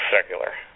secular